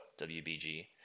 WBG